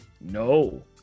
no